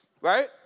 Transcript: Right